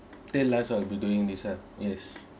till last ah I'll be doing this ah yes